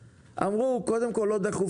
ואז אמרו קודם כול: זה לא דחוף,